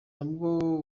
nabwo